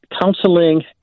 counseling